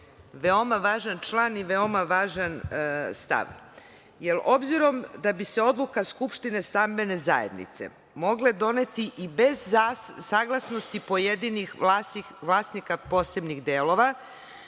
Veoma važan član i veoma važan stav. Obzirom da bi se odluke skupštine stambene zajednice mogle doneti i bez saglasnosti pojedinih vlasnika posebnih delova,